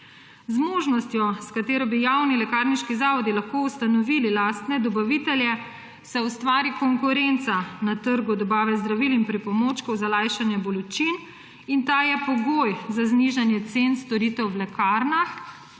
Z možnostjo, s katero bi javni lekarniški zavodi lahko ustanovili lastne dobavitelje, se ustvari konkurenca na trgu dobave zdravil in pripomočkov za lajšanje bolečin in ta je pogoj za znižanje cen storitev v lekarnah.